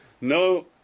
no